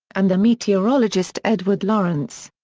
and the meteorologist edward lorenz.